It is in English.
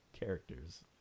characters